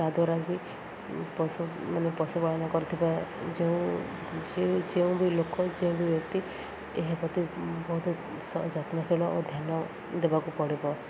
ତା' ଦ୍ୱାରା କିି ପଶୁ ମାନେ ପଶୁପାଳନ କରୁଥିବା ଯେଉଁ ଯେଉଁ ବି ଲୋକ ଯେଉଁ ବି ବ୍ୟକ୍ତି ଏହା ପ୍ରତି ବହୁତ ଯତ୍ନଶୀଳ ଓ ଧ୍ୟାନ ଦେବାକୁ ପଡ଼ିବ